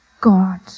God